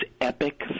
epic